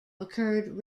occurred